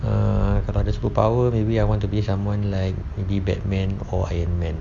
err kalau ada superpower maybe I want to be someone like maybe bat man or iron man